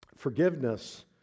Forgiveness